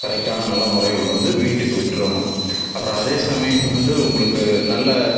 கரெக்டான நல்ல முறையில் கொண்டு வந்து வீட்டுக்கு விட்டரணும் அப்புறம் அதே சமயம் வந்து உங்களுக்கு நல்ல